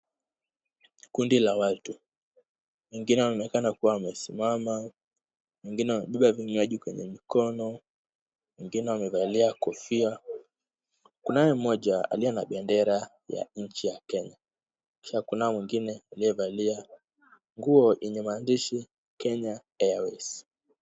Kundi la watu wengine wanaonekana wamesimama. Wengine wamebeba vinywaji kwenye mikono, wengine wamevalia kofia. Kunaye mmoja aliye na bendera ya nchi ya Kenya, kisha kunaye mwingine aliyevalia nguo yenye maandishi Kenya Airways.